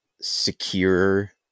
secure